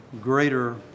greater